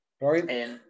Right